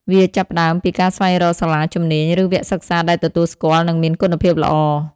វាចាប់ផ្តើមពីការស្វែងរកសាលាជំនាញ ឬវគ្គសិក្សាដែលទទួលស្គាល់ និងមានគុណភាពល្អ។